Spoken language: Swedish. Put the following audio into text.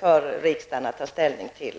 för riksdagen att ta ställning till?